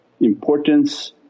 importance